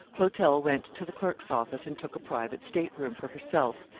clotel went to the clerk's office and took a private state room for herself,